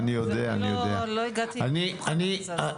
ואני לא הגעתי מוכנה לזה.